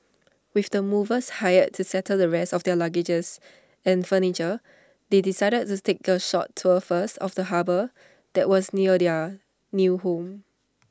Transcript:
with the movers hired to settle the rest of their luggage and furniture they decided this take A short tour first of the harbour that was near their new home